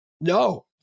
No